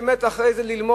כשהם יוצאים אחרי זה ללמוד,